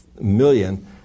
million